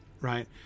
right